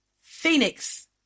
Phoenix